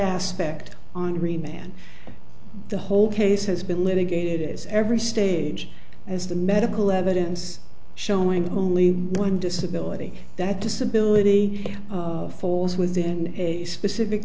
man the whole case has been litigated as every stage as the medical evidence showing only one disability that disability of falls within a specific